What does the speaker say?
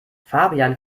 fabian